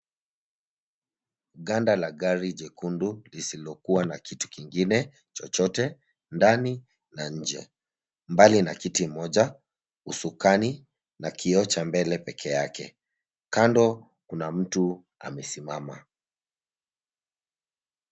Ganda la gari jekundu lisilokuwa na kitu kingine chochote, ndani na nje. Mbali na kiti moja, usukani na kioo cha mbele peke yake. Kando kuna mtu amesimama.